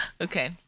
Okay